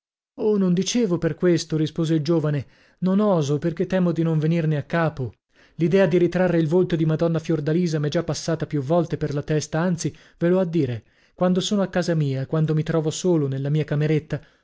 oh non dicevo per questo rispose il giovane non oso perchè temo di non venirne a capo l'idea di ritrarre il volto di madonna fiordalisa m'è già passata più volte per la testa anzi ve l'ho a dire quando sono a casa mia quando mi trovo solo nella mia cameretta